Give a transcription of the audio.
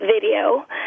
video